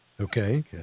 Okay